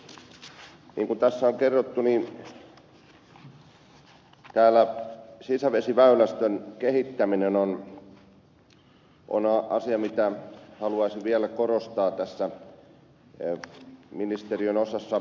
niin kuin tässä on kerrottu täällä sisävesiväylästön kehittäminen on asia jota haluaisin vielä korostaa tässä ministeriön osassa